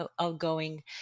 outgoing